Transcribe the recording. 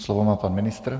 Slovo má pan ministr.